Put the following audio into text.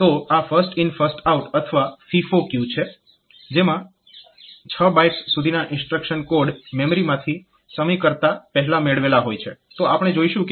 તો આ એક ફર્સ્ટ ઇન ફર્સ્ટ આઉટ અથવા FIFO ક્યુ છે જેમાં 6 બાઇટ્સ સુધીના ઇન્સ્ટ્રક્શન કોડ મેમરી માંથી સમય કરતાં પહેલા મેળવેલા હોય છે